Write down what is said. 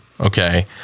Okay